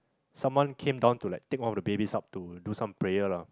someone came down to like take one of the babies up to do some prayer lah